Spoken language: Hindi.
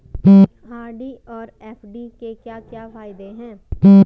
आर.डी और एफ.डी के क्या क्या फायदे हैं?